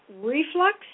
reflux